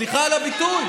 סליחה על הביטוי.